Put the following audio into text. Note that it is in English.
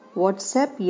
WhatsApp